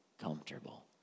comfortable